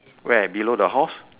where below the horse